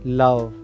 love